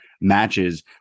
matches